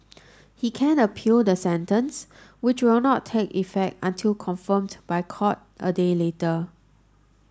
he can appeal the sentence which will not take effect until confirmed by court a day later